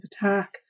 attack